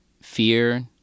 fear